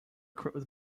equipped